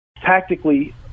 tactically